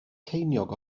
ceiniog